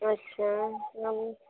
अच्छा ह्म्म